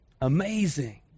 Amazing